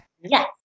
Yes